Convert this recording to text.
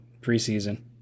preseason